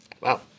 Wow